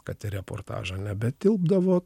kad į reportažą nebetilpdavo